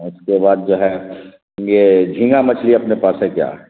اس کے بعد جو ہے یہ جھینگا مچھلی اپنے پاس ہے کیا